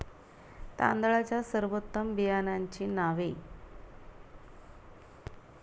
तांदळाच्या सर्वोत्तम बियाण्यांची नावे?